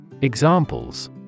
Examples